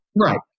Right